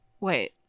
Wait